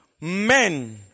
men